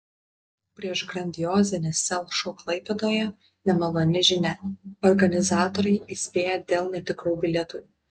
prieš grandiozinį sel šou klaipėdoje nemaloni žinia organizatoriai įspėja dėl netikrų bilietų